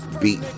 beat